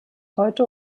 heute